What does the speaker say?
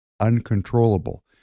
uncontrollable